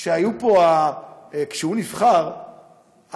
כשהוא נבחר,